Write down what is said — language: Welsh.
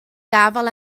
gafael